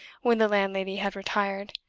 when the landlady had retired.